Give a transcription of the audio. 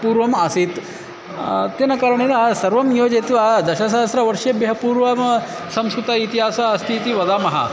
पूर्वम् आसीत् तेन कारणेन सर्वं योजयित्वा दशसहस्रवर्षेभ्यः पूर्वं संस्कृत इतिहास अस्ति इति वदामः